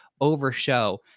overshow